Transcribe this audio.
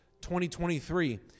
2023